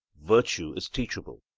virtue is teachable.